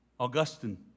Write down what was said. Augustine